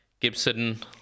Gibson